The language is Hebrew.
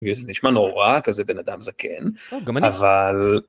זה נשמע נורא כזה בן אדם זקן גם אני, אבל.